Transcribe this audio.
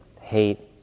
hate